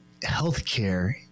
healthcare